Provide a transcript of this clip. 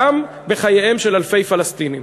גם בחייהם של אלפי פלסטינים.